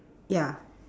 ya